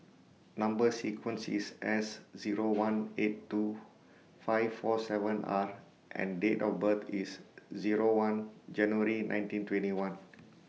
Number sequence IS S Zero one eight two five four seven R and Date of birth IS Zero one January nineteen twenty one